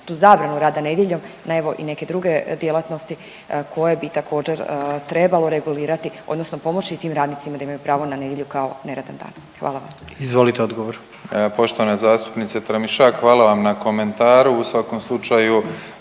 tu zabranu rada nedjeljom na evo i neke druge djelatnosti koje bi također trebalo regulirati odnosno pomoći tim radnicima da imaju pravo na nedjelju kao neradan dan, hvala vam. **Jandroković, Gordan (HDZ)** Izvolite odgovor. **Filipović, Davor (HDZ)** Poštovana zastupnice Tramišak, hvala vam na komentaru. U svakom slučaju